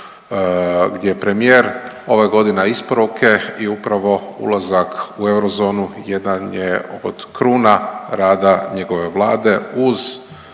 gdje je premijer ova godina isporuke i upravo ulazak u eurozonu jedan je od kruna rada njegove Vlade uz